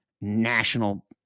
national